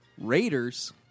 Raiders